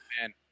Man